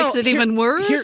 makes it even worse. yeah